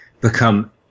become